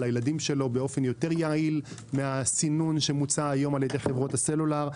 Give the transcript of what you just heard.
הילדים שלו באופן יעיל יותר מהסינון שמוצע היום על-ידי חברות הסלולר,